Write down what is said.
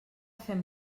fem